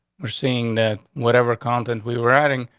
we're seeing that whatever content we were adding,